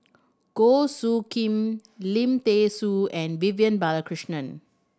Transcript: Goh Soo Khim Lim Thean Soo and Vivian Balakrishnan